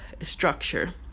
structure